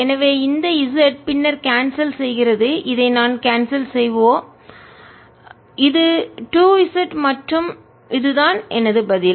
எனவே இந்த z பின்னர் கான்செல் செய்கிறது இதை நான் கான்செல்செய்யலாம் இது 2 z மற்றும் இது தான் எனது பதில்